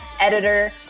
editor